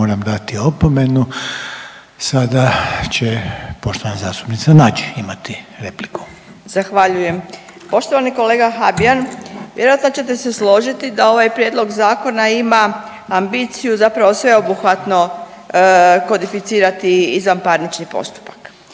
moram dati opomenu. Sada će poštovana zastupnica Nađ imati repliku. **Nađ, Vesna (Socijaldemokrati)** Zahvaljujem. Poštovani kolega Habijan vjerojatno ćete se složiti da ovaj prijedlog zakona ima ambiciju zapravo sveobuhvatno kodificirati izvanparnični postupak.